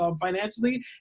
financially